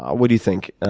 what do you think, and